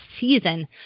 season